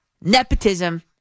Nepotism